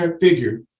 figure